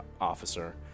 officer